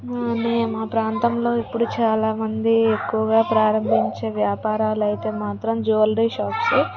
మీ మా ప్రాంతంలో ఇప్పుడు చాలా మంది ఎక్కువగా ప్రారంభించే వ్యాపారాలయితే మాత్రం జ్యూవలరీ షాప్సు